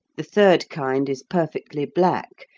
the third kind is perfectly black,